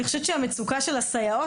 אני חושבת שהמצוקה של הסייעות,